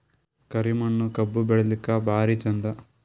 ಕರಿ ಮಣ್ಣು ಕಬ್ಬು ಬೆಳಿಲ್ಲಾಕ ಭಾರಿ ಚಂದ?